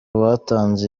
batanze